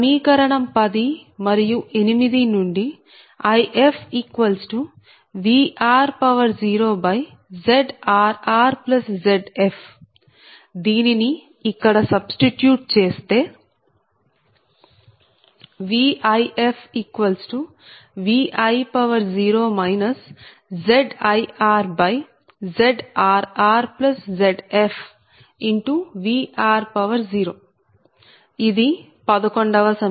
సమీకరణం 10 మరియు 8 నుండి IfVr0ZrrZf దీనిని ఇక్కడ సబ్స్టిట్యూట్ చేస్తే VifVi0 ZirZrrZf Vr0 ఇది 11 వ సమీకరణం